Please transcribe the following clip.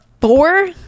four